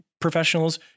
professionals